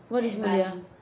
what is mulia